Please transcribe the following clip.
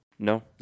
No